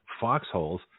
foxholes